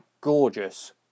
Gorgeous